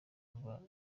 arwaye